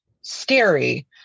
scary